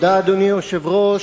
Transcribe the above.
אדוני היושב-ראש,